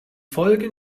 folge